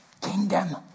Kingdom